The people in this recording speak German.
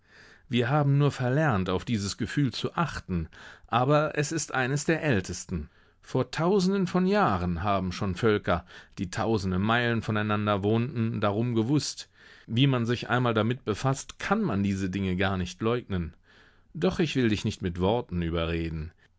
wir haben nur verlernt auf dieses gefühl zu achten aber es ist eines der ältesten vor tausenden von jahren haben schon völker die tausende meilen voneinander wohnten darum gewußt wie man sich einmal damit befaßt kann man diese dinge gar nicht leugnen doch ich will dich nicht mit worten überreden